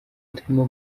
turimo